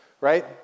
right